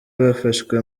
bafashwe